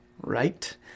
right